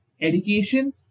education